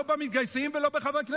לא במתגייסים ולא בחברי הכנסת,